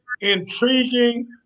intriguing